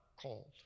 called